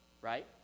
Right